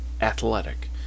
Athletic